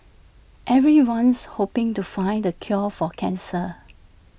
everyone's hoping to find the cure for cancer